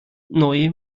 neue